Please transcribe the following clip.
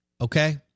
okay